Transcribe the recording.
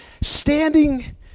standing